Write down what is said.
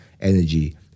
energy